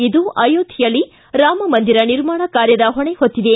ಇದು ಅಯೋಧ್ಯೆಯಲ್ಲಿ ರಾಮಮಂದಿರ ನಿರ್ಮಾಣ ಕಾರ್ಯದ ಹೊಣೆ ಹೊತ್ತಿದೆ